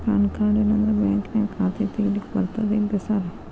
PAN card ಇಲ್ಲಂದ್ರ ಬ್ಯಾಂಕಿನ್ಯಾಗ ಖಾತೆ ತೆಗೆಲಿಕ್ಕಿ ಬರ್ತಾದೇನ್ರಿ ಸಾರ್?